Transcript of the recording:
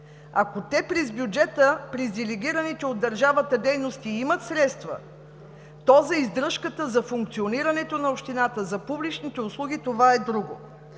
Ако те през бюджета, през делегираните от държавата дейности имат средства, то за издръжката, за функционирането на общината, за публичните услуги – това е друго.